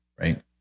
right